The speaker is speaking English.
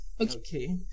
okay